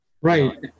Right